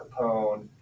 Capone